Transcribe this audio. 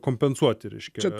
kompensuoti reiškia